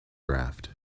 draft